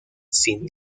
sin